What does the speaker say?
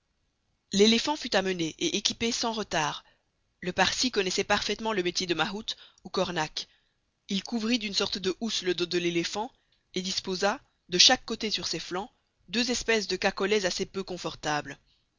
l'éléphant fut amené et équipé sans retard le parsi connaissait parfaitement le métier de mahout ou cornac il couvrit d'une sorte de housse le dos de l'éléphant et disposa de chaque côté sur ses flancs deux espèces de cacolets assez peu confortables